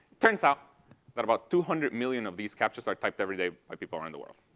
turns out that about two hundred millions of these captchas are typed every day by people around the world.